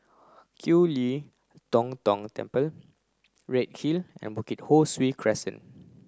Kiew Lee Tong Tong Temple Redhill and Bukit Ho Swee Crescent